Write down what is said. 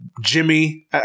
Jimmy